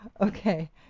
Okay